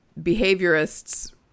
behaviorists